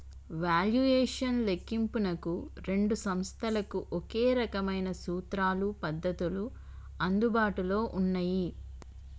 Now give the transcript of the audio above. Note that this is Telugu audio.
వాల్యుయేషన్ లెక్కింపునకు రెండు సంస్థలకు ఒకే రకమైన సూత్రాలు, పద్ధతులు అందుబాటులో ఉన్నయ్యి